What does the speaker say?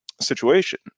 situation